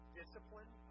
discipline